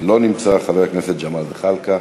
לא נמצא, חבר הכנסת ג'מאל זחאלקה,